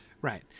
Right